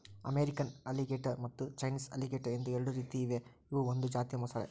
American alligator ಮತ್ತು Chinese alligator ಎಂದು ಎರಡು ರೀತಿ ಇವೆ ಇವು ಒಂದು ಜಾತಿಯ ಮೊಸಳೆ